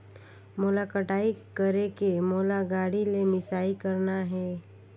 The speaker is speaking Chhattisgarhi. मोला कटाई करेके मोला गाड़ी ले मिसाई करना हे?